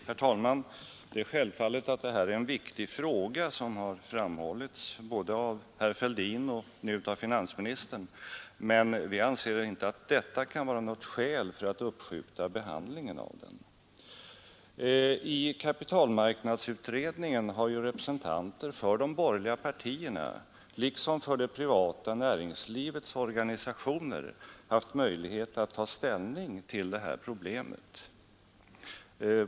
Herr talman! Självfallet är det här en viktig fråga, såsom har framhållits både av herr Fälldin och nu av finansministern. Men vi anser inte att detta kan vara något skäl för att uppskjuta behandlingen av den. I kapitalmarknadsutredningen har ju representanter för de borgerliga partierna liksom för det privata näringslivets organisationer haft möjlighet att ta ställning till det här problemet.